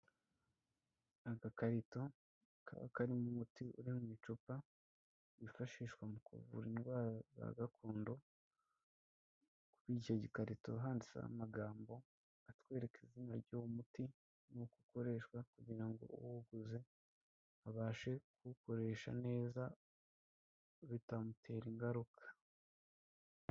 Agakarito kaba karimo umuti uri mu icupa ryifashishwa mu kuvura indwara za gakondo, kuri icyo gikarito handitseho amagambo atwereka izina ry'uwo, muti nuko ukoreshwa kugira ngo uwuguze abashe kuwukoresha neza bitamutera ingaruka.